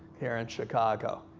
here in chicago,